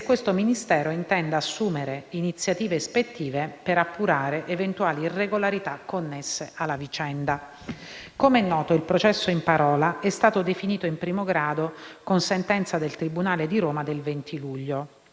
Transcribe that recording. questo Ministero intenda assumere iniziative ispettive per appurare eventuali irregolarità connesse alla vicenda. Come è noto, il processo in parola è stato definito in primo grado con sentenza del tribunale di Roma del 20 luglio.